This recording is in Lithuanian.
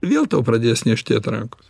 vėl tau pradės niežtėt rankos